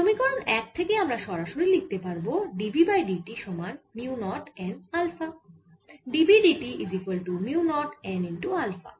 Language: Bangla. সমীকরণ 1 থেকে আমরা সরাসরি লিখতে পারব d B বাই dt সমান মিউ নট n আলফা